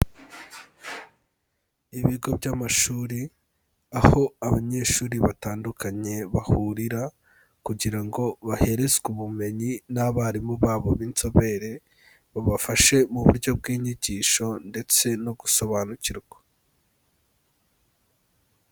Ibigo by'amashuri, aho abanyeshuri batandukanye bahurira kugira ngo baherezwe ubumenyi n'abarimu babo b'inzobere, babafashe mu buryo bw'inyigisho ndetse no gusobanukirwa.